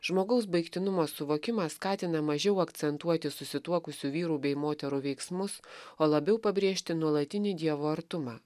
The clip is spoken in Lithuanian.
žmogaus baigtinumo suvokimas skatina mažiau akcentuoti susituokusių vyrų bei moterų veiksmus o labiau pabrėžti nuolatinį dievo artumą